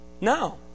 No